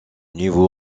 nouveau